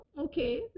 Okay